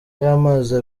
y’amazi